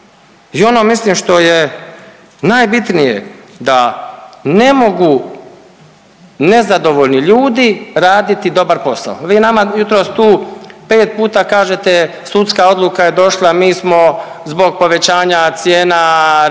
I ono što mislim da je najbitnije da ne mogu nezadovoljni ljudi raditi dobar posao. Vi nama jutros tu pet puta kažete sudska odluka je došla, mi smo zbog povećanja cijena reagirali,